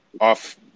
off